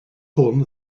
hwn